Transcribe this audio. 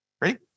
Ready